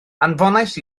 anfonais